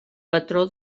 patró